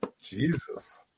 Jesus